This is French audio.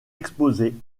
exposée